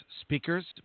speakers